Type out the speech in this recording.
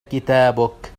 كتابك